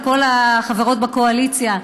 כל החברות בקואליציה,